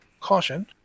Caution